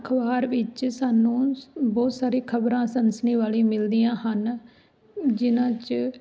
ਅਖ਼ਬਾਰ ਵਿੱਚ ਸਾਨੂੰ ਬਹੁਤ ਸਾਰੀ ਖ਼ਬਰਾਂ ਸਨਸਨੀ ਵਾਲੀ ਮਿਲਦੀਆਂ ਹਨ ਜਿਨ੍ਹਾਂ 'ਚ